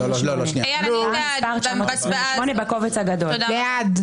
18,281 עד 18,300. מי בעד?